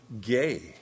gay